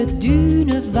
d'une